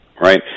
right